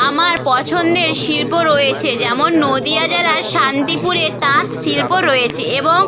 আমার পছন্দের শিল্প রয়েছে যেমন নদীয়া জেলার শান্তিপুরের তাঁত শিল্প রয়েছে এবং